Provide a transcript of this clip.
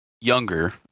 younger